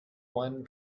one